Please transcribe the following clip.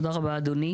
תודה רבה אדוני.